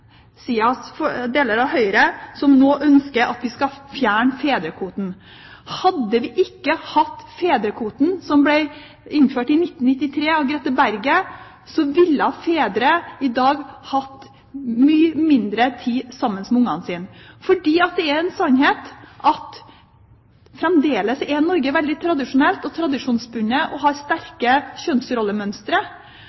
Fremskrittspartiet, og deler av Høyre, som nå ønsker at vi skal fjerne fedrekvoten. Hadde vi ikke hatt fedrekvoten, som ble innført av Grete Berget i 1993, ville fedre i dag hatt mye mindre tid sammen med ungene sine. Det er en sannhet at vi i Norge fremdeles er veldig tradisjonsbundet, og vi har